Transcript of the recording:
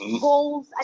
goals